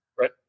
Right